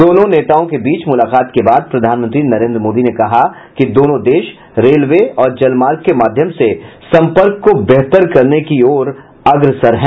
दोनों नेताओं के बीच मुलाकात के बाद प्रधानमंत्री नरेंद्र मोदी ने कहा कि दोनों देश रेलवे और जलमार्ग के माध्यम से संपर्क को बेहतर करने की ओर अग्रसर है